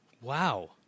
Wow